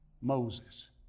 Moses